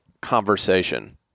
conversation